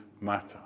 matter